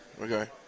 Okay